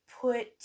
put